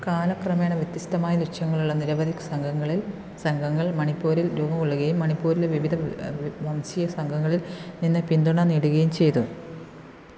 കാലക്രമേണ വ്യത്യസ്തമായ ലക്ഷ്യങ്ങളുള്ള നിരവധി സംഘങ്ങളിൽ സംഘങ്ങള് മണിപ്പൂരിൽ രൂപം കൊള്ളുകയും മണിപ്പൂരിലെ വിവിധ വംശീയസംഘങ്ങളില് നിന്ന് പിന്തുണ നേടുകയും ചെയ്തു